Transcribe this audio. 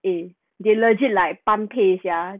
eh they legit like 般配一下